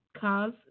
cause